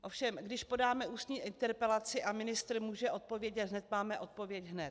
Ovšem když podáme ústní interpelaci a ministr může odpovědět hned, máme odpověď hned.